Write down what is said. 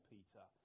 Peter